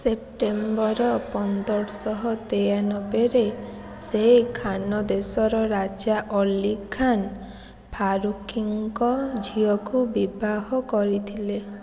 September ପନ୍ଦରଶହ ତେୟାନବେରେ ସେ ଖାନ୍ ଦେଶର ରାଜା ଅଲି ଖାନ୍ ଫାରୁକିଙ୍କ ଝିଅକୁ ବିବାହ କରିଥିଲେ